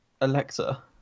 Alexa